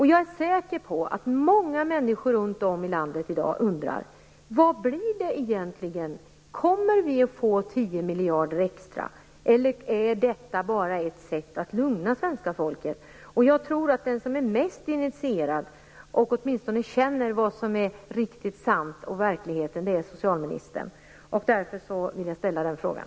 Jag är säker på att många människor runt om i landet i dag undrar vad det egentligen blir. Kommer vi att få 10 miljarder extra, eller är detta bara ett sätt att lugna svenska folket? Jag tror att socialministern är den som är mest initierad och åtminstone känner vad som är riktigt sant. Därför vill jag ställa den frågan.